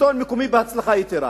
שלטון מקומי בהצלחה יתירה.